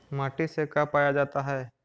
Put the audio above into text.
माटी से का पाया जाता है?